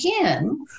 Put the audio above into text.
again